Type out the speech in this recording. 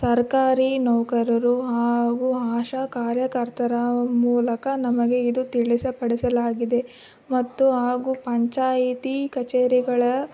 ಸರ್ಕಾರಿ ನೌಕರರು ಹಾಗೂ ಆಶಾ ಕಾರ್ಯಕರ್ತರ ಮೂಲಕ ನಮಗೆ ಇದು ತಿಳಿಯಪಡಿಸಲಾಗಿದೆ ಮತ್ತು ಹಾಗೂ ಪಂಚಾಯಿತಿ ಕಚೇರಿಗಳ